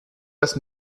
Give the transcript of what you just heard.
das